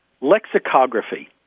lexicography